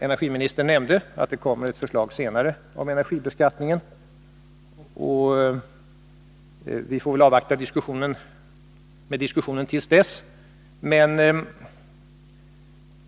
Energiministern nämnde att ett förslag om energibeskattningen kommer att läggas fram senare, och vi får avvakta med diskussionen till dess.